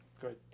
Good